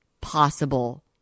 possible